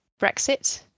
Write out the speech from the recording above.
Brexit